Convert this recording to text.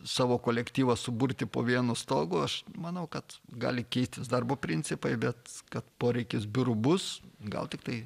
savo kolektyvą suburti po vienu stogu aš manau kad gali keistis darbo principai bet kad poreikis biurų bus gal tiktai